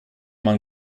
man